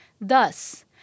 Thus